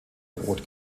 rot